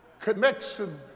connection